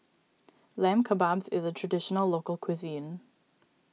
Lamb Kebabs is a Traditional Local Cuisine